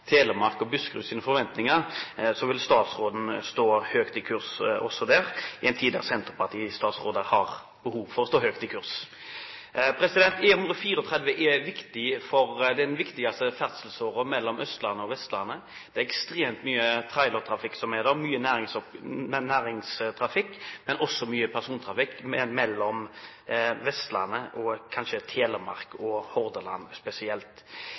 tid da senterpartistatsråder har behov for å stå høyt i kurs. E134 er den viktigste ferdselsåren mellom Østlandet og Vestlandet. Det er ekstremt mye trailertrafikk der, mye næringstrafikk, men også mye persontrafikk, kanskje spesielt mellom Telemark og Hordaland. Da er spørsmålet, også med tanke på bompengemodell, som Vegvesenet og